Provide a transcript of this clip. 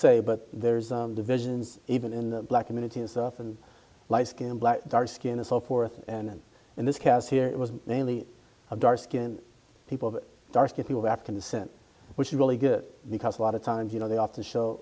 say but there's divisions even in the black community is often light skinned black dark skin and so forth and in this case here it was mainly a dark skinned people dark if you were african descent which is really good because a lot of times you know they often show